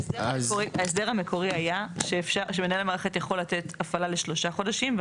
ההסדר המקורי היה שמנהל המערכת יכול לתת הפעלה לשלושה חודשים,